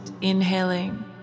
inhaling